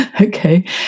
Okay